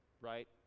right